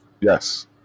Yes